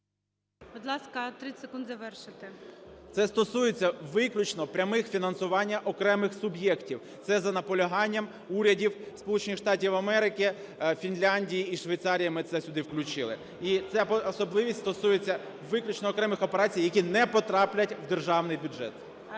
Це стосується виключно прямого фінансування окремих суб'єктів. Це за наполяганням урядів Сполучених Штатів Америки, Фінляндії і Швейцарії ми це сюди включили. І ця особливість стосується виключно окремих операцій, які не потраплять в державний бюджет.